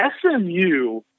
SMU